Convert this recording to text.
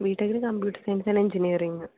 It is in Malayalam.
ബി ടെക്കിൽ കമ്പ്യൂട്ടർ സയൻസിൽ എൻജിനിയറിങ്